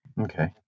Okay